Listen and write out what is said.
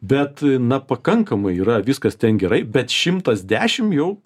bet na pakankamai yra viskas ten gerai bet šimtas dešim jau